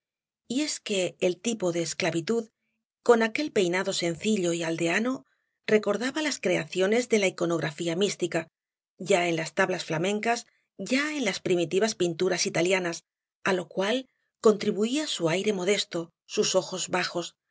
y es que el tipo de esclavitud con aquel peinado sencillo y aldeano recordaba las creaciones de la iconografía mística ya en las tablas flamencas ya en las primitivas pinturas italianas á lo cual contribuía su aire modesto sus ojos bajos